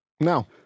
no